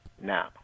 now